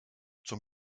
zum